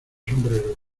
sombrero